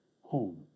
Home